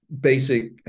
basic